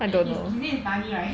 it is is it barney right